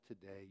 today